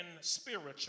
spiritual